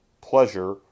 pleasure